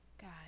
God